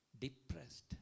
depressed